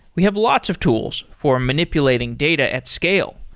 we have lots of tools for manipulating data at scale,